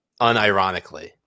unironically